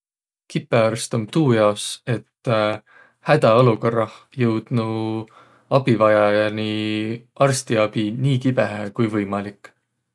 Kipõarst om tuu jaos, et hädäolukõrrah joudnuq abivajajaniq arstiabi nii kibõhõhe, ku võimalik.